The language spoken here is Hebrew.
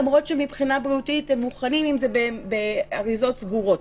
למרות שמבחינה בריאותית הם מוכנים אם זה באריזות סגורות.